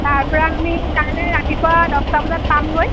তাৰপৰা আমি কাইলৈ ৰাতিপুৱা দহটা বজাত পামগৈ